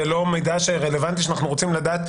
זה לא מידע רלוונטי שאנחנו רוצים לדעת?